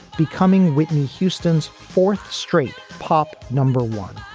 becoming whitney houston's fourth straight pop number one.